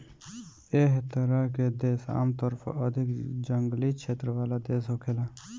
एह तरह के देश आमतौर पर अधिक जंगली क्षेत्र वाला देश होखेला